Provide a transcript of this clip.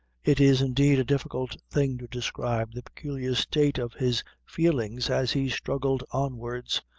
it is, indeed, a difficult thing to describe the peculiar state of his feelings as he struggled onwards,